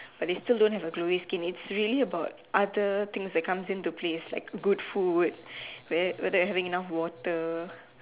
but they still don't have a glowy skin it's really about other things that comes in to place like good food where whether you having enough water